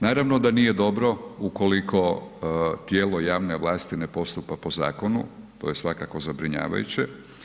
Naravno da nije dobro ukoliko tijelo javne vlasti ne postupa po zakonu, to je svakako zabrinjavajuće.